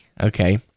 okay